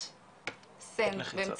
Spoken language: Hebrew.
ב־243.